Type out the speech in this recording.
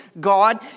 God